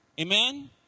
Amen